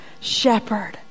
shepherd